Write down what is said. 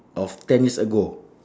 of ten years ago